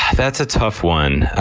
that's a tough one.